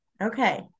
okay